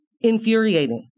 infuriating